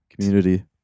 community